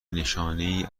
نشانهای